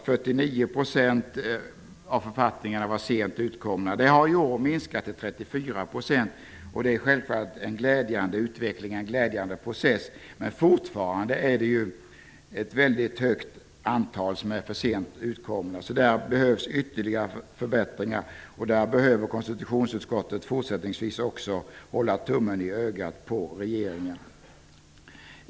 49 % av författningarna kom ut sent. I år har andelen minskat till 34 %. Det är självfallet en glädjande utveckling. Fortfarande är det dock en stor andel författningar som kommer ut sent. Där behövs ytterligare förbättringar. Konstitutionsutskottet behöver också fortsättningsvis ha tummen i ögat på regeringen.